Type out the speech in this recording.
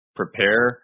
prepare